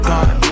God